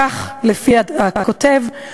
כך לפי הכותב,